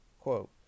quote